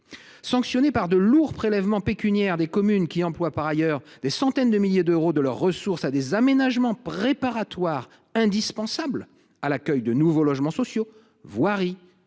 Sanctionner par de lourds prélèvements pécuniaires des communes qui emploient par ailleurs des centaines de milliers d’euros et, donc, une large part de leurs ressources à des aménagements préparatoires indispensables à l’accueil de nouveaux logements sociaux – voirie,